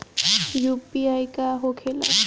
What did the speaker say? UPI का होके ला?